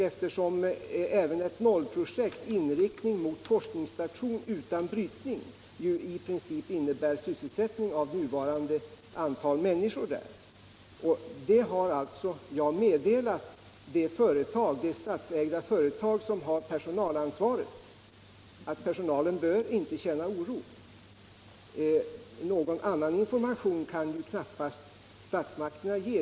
Ett vad jag skulle vilja kalla innebär i princip sysselsättning för det nuvarande antalet människor där. Jag har alltså meddelat det statsägda företag som har personalansvaret att personalen inte bör känna oro. Någon annan information kan knappast statsmakterna ge.